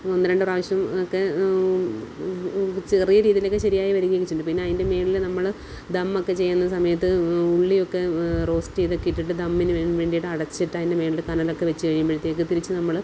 ഒന്ന് രണ്ട് പ്രാവശ്യം ഒക്കെ ചെറിയ രീതിയിലൊക്കെ ശരിയായി വരികയൊക്കെ ചെയ്ത് പിന്നെ അതിൻ്റെ മേളിൽ നമ്മൾ ദമ്മൊക്കെ ചെയ്യുന്ന സമയത്ത് ഉള്ളിയൊക്കെ റോസ്റ്റ് ചെയ്തൊക്കെ ഇട്ടിട്ട് ദമ്മിന് വേണ്ടിയിട്ട് അടച്ചിട്ട് അതിൻ്റെ മേളിൽ കനലൊക്കെ വച്ച് കഴിയുമ്പോഴത്തേക്ക് തിരിച്ച് നമ്മൾ